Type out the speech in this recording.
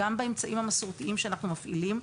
גם באמצעים המסורתיים שאנחנו מפעילים.